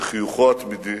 בחיוכו התמידי,